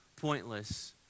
pointless